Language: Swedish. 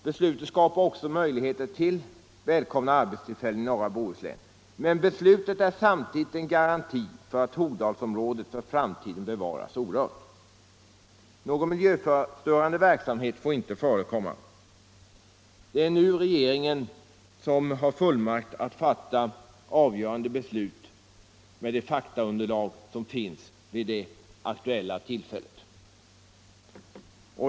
Beslutet skapar också möjligheter till välkomna arbetstillfällen i norra Bohuslän. Men beslutet är samtidigt en garanti för att Hogdalsområdet för framtiden bevaras orört. Någon miljöstörande verksamhet får inte förekomma i området. Det är nu regeringen som får fullmakt att fatta avgörande beslut med det faktaunderlag som finns vid det aktuella tillfället.